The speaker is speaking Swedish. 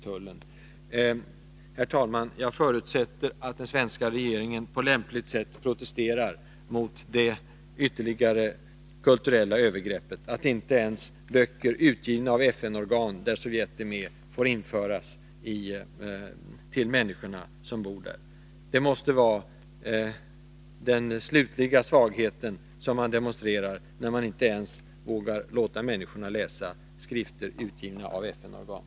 Herr talman! Jag förutsätter att den svenska regeringen på lämpligt sätt protesterar mot det kulturella övergreppet att inte ens böcker utgivna av FN-organ, som Sovjet är med i, får införas till människorna som bor i Sovjet. Det är svaghet man visar, när man inte ens vågar låta människorna läsa skrifter utgivna av FN-organ.